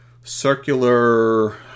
circular